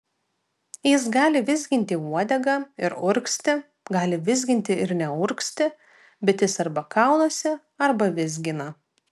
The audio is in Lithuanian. jis gali vizginti uodegą ir urgzti gali vizginti ir neurgzti bet jis arba kaunasi arba vizgina